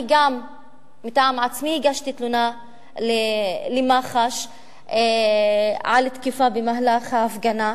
גם מטעם עצמי הגשתי תלונה למח"ש על תקיפה במהלך ההפגנה.